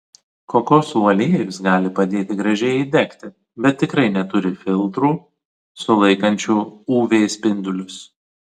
kokosų aliejus gali padėti gražiai įdegti bet tikrai neturi filtrų sulaikančių uv spindulius